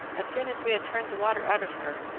as soon as we had turned the water out of her,